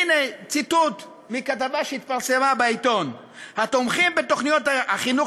הנה ציטוט מכתבה שהתפרסמה בעיתון: "התומכים בתוכניות החינוך